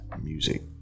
music